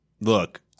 look